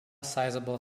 sizeable